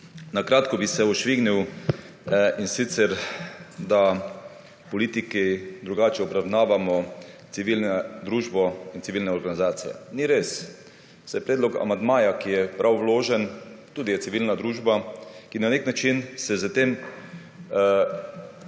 Na kratko bi se ošvignil in sicer, da politiki drugače obravnavamo civilno družbo in civilne organizacije. Ni res, saj predlog amandmaja, ki je prav vložen, tudi je civilna družba, ki na nek način se s tem